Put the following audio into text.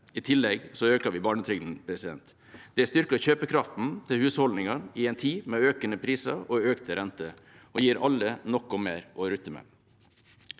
I tillegg øker vi barnetrygden. Det styrker kjøpekraften til husholdningene i en tid med økende priser og økte renter og gir alle noe mer å rutte med.